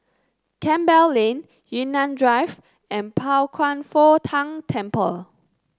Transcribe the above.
Campbell Lane Yunnan Drive and Pao Kwan Foh Tang Temple